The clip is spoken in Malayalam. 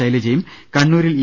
ശൈലജയും കണ്ണൂരിൽ ഇ